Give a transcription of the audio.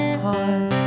heart